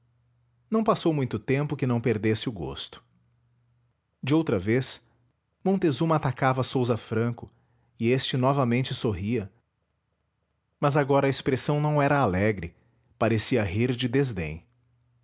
não passou muito tempo que não perdesse o gosto de outra vez montezuma atacava a sousa franco e este novamente sorria mas agora a expressão não era alegre parecia rir de